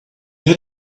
had